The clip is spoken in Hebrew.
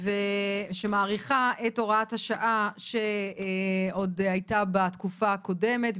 שמאריכה את הוראת השעה שהייתה בתקופה הקודמת,